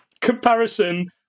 comparison